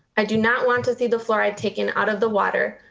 i do not want to see the fluoride taken out of the water.